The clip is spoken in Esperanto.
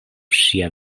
ŝia